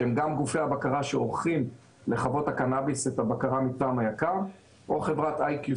שהם גם גופי הבקרה שעורכים את הבקרה בחוות הקנאביס מטעם היק"ר,